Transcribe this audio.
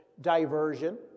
diversion